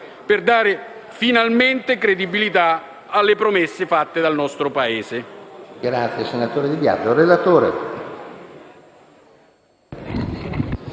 per dare finalmente credibilità alle promesse fatte dal nostro Paese.